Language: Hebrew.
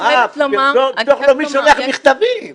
ביטוח לאומי שולח מכתבים.